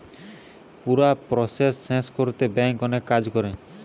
পুরা প্রসেস শেষ কোরতে ব্যাংক অনেক কাজ করে